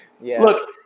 Look